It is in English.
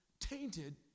tainted